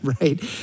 right